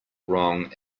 wrong